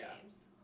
games